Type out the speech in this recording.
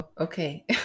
okay